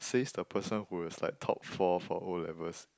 says the person who was like top four for O-levels